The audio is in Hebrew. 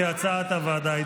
כהצעת הוועדה,